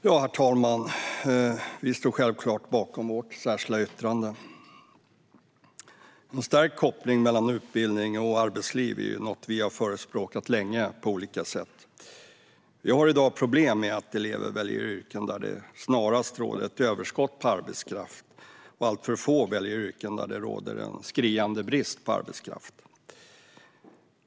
Herr talman! Vi står självklart bakom vårt särskilda yttrande. En stärkt koppling mellan utbildning och arbetsliv är något vi har förespråkat länge på olika sätt. Vi har i dag problem med att elever väljer yrken där det snarast råder ett överskott på arbetskraft och alltför få väljer yrken där det råder en skriande brist på arbetskraft.